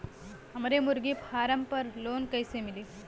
हमरे मुर्गी फार्म पर लोन कइसे मिली?